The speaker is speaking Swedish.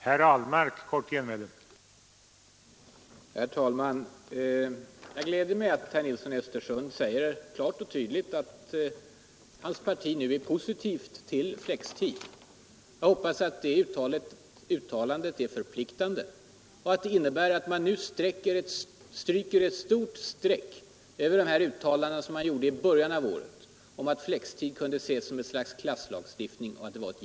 Herr talman! Det gläder mig att herr Nilsson i Östersund klart och tydligt säger att hans parti nu är positivt till flexibel arbetstid. Jag hoppas att det uttalandet är förpliktande och att det innebär att man nu stryker ett tjockt streck över de uttalanden man gjorde i början av året om att flexibel arbetstid kunde ses som ett slags ”klasslagstiftning” och ett ”jippo”.